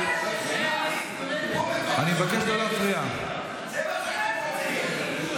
השאלה מי מגדיר טרור, ההגדרה של טרור.